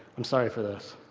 i'm sorry for this.